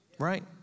Right